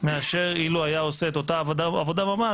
מאשר אילו היה עושה את אותה עבודה ממש